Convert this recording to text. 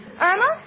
Irma